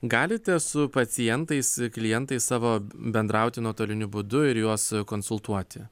galite su pacientais klientais savo bendrauti nuotoliniu būdu ir juos konsultuoti